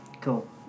Cool